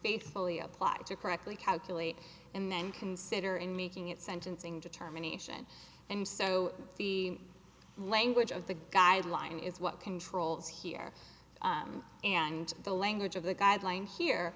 faithfully apply to correctly calculate and then consider in making it sentencing determination and so the language of the guideline is what controls here and the language of the guideline here